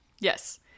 Yes